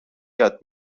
یاد